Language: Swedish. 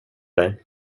dig